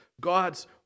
God's